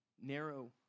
Narrow